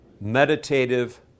meditative